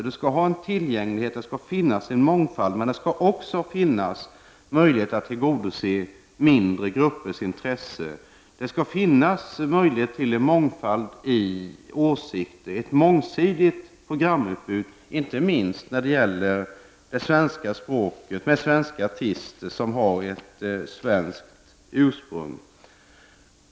Det skall vara tillgänglighet och mångfald, men det skall också finnas möjlighet att tillgodose mindre gruppers intressen. Det skall finnas möjlighet till mångfald i åsikter, det skall vara ett mångsidigt programutbud, inte minst när det gäller det svenska språket och svenska artister med svenskt ursprung.